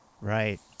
Right